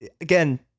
again